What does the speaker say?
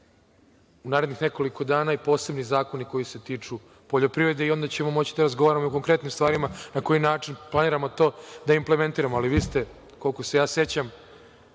u narednih nekoliko dana i posebni zakoni koji se tiču poljoprivrede i onda ćemo moći da razgovaramo o konkretnim stvarima na koji način planiramo to da implementiramo, ali vi ste, koliko se ja sećam,